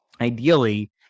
ideally